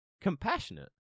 compassionate